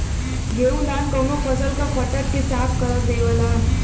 गेहू धान कउनो फसल क फटक के साफ कर देवेला